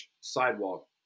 sidewalk